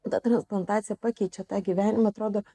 ta transplantacija pakeičia tą gyvenimą atrodo